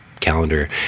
calendar